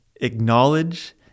Acknowledge